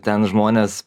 ten žmonės